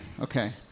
Okay